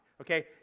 okay